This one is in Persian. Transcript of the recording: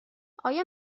آیا